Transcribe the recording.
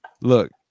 Look